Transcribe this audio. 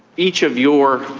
each of your.